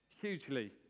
hugely